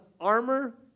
armor